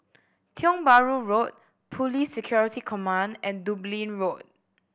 Tiong Bahru Road Police Security Command and Dublin Road